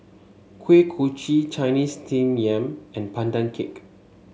Kuih Kochi Chinese Steamed Yam and Pandan Cake